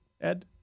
Ed